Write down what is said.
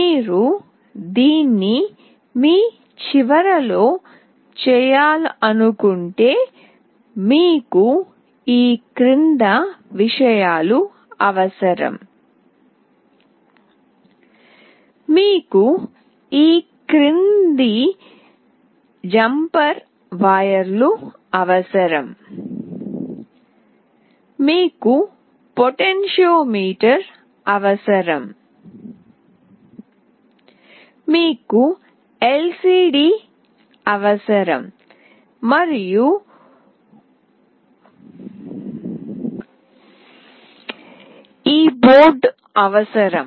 మీరు దీన్ని మీ చివరలో చేయాలనుకుంటే మీకు ఈ క్రింది విషయాలు అవసరం మీకు ఈ క్రింది జంపర్ వైర్లు అవసరం మీకు పొటెన్షియోమీటర్ అవసరం మీకు ఎల్సిడి అవసరం మరియు కోర్సు యొక్క ఈ బోర్డు అవసరం